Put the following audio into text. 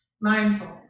Mindful